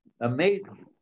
Amazing